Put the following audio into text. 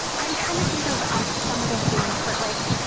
i'm trying to think of of some of the things. but, like,